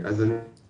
אז אני אומר